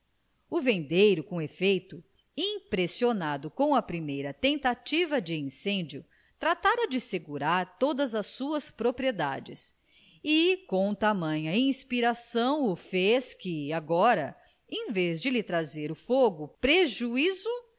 o vendeiro com efeito impressionado com a primeira tentativa de incêndio tratara de segurar todas as suas propriedades e com tamanha inspiração o fez que agora em vez de lhe trazer o fogo prejuízo